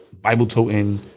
Bible-toting